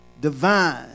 divine